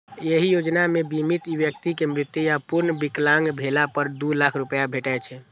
एहि योजना मे बीमित व्यक्ति के मृत्यु या पूर्ण विकलांग भेला पर दू लाख रुपैया भेटै छै